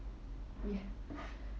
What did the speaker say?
ya